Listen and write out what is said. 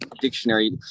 dictionary